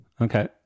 Okay